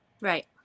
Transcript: Right